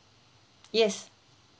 yes